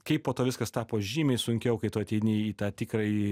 kaip po to viskas tapo žymiai sunkiau kai tu ateini į tą tikrąjį